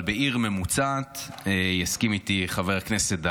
אבל בעיר ממוצעת, ויסכים איתי חבר הכנסת דלל,